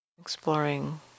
exploring